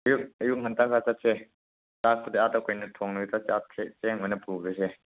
ꯑꯌꯨꯛ ꯉꯟꯇꯥꯅ ꯆꯠꯁꯦ ꯆꯥꯛꯄꯨꯗꯤ ꯑꯥꯗ ꯀꯩꯅꯣ ꯊꯣꯡꯉꯒ ꯆꯥꯛꯁꯦ ꯆꯦꯡ ꯑꯣꯏꯅ ꯄꯨꯔꯁꯦ